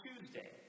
Tuesday